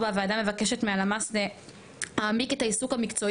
4. הוועדה מבקשת מהלמ"ס להעמיק את העיסוק המקצועי